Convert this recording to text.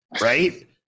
right